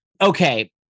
okay